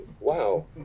wow